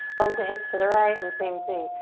bump the hips to the right, and same thing.